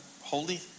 holy